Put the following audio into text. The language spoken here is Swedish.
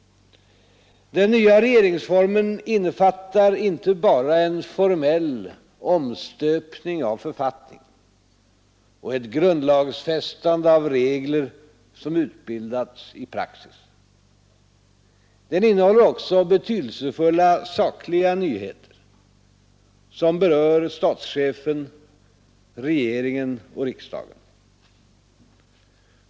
Den nya regeringsformen innefattar inte bara en formell omstöpning av författningen och ett grundlagfästande av regler som utbildats i praxis. Den innehåller också betydelsefulla sakliga nyheter som berör statschefen, regeringen och riksdagen.